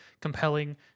compelling